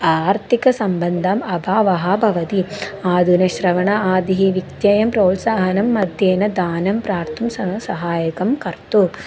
आर्थिकसम्बन्धम् अभावः भवति आधुनिकश्रवण आदिः व्यत्ययं प्रोत्साहनं मध्येन दानं प्रार्तुं सः सहायकं कर्तुम्